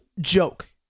joke